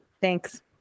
Thanks